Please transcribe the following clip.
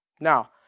Now